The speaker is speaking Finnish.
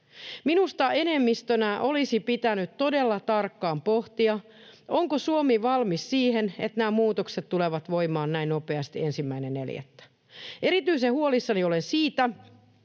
Minusta enemmistönä olisi pitänyt todella tarkkaan pohtia, onko Suomi valmis siihen, että nämä muutokset tulevat voimaan näin nopeasti, 1.4. Erityisen huolissani olen siitä,